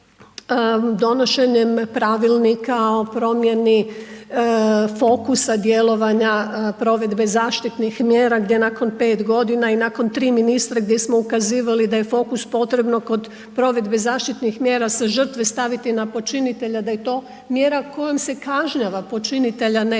donošenjem pravilnika o promjeni fokusa djelovanja provedbe zaštitnih mjera gdje nakon 5 g. i nakon 3 ministra gdje smo ukazivali da je fokus kod potrebno kod provedbe zaštitnih mjera sa žrtve staviti na počinitelja da je to mjera kojom se kažnjava počinitelja a ne žrtva, na